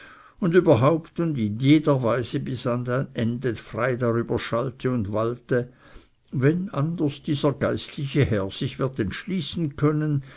und überhaupt und in jeder weise bis an sein ende frei darüber schalte und walte wenn anders dieser geistliche herr sich wird entschließen können